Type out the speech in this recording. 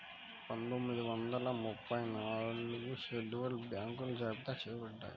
పందొమ్మిది వందల ముప్పై నాలుగులో షెడ్యూల్డ్ బ్యాంకులు జాబితా చెయ్యబడ్డాయి